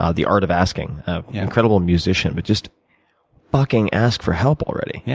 ah the art of asking. an incredible musician but just fucking ask for help already. yeah